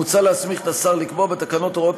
מוצע להסמיך את השר לקבוע בתקנות הוראות